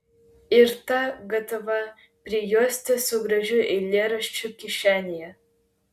ir tą gatavą prijuostę su gražiu eilėraščiu kišenėje